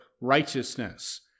righteousness